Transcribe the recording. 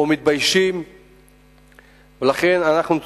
או שהם מתביישים.